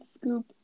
scoop